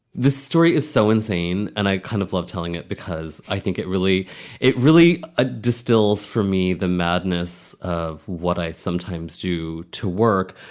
this story is so insane and i kind of love telling it because i think it really it really ah distills for me the madness of what i sometimes do to work.